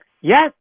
Yes